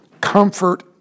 comfort